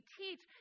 teach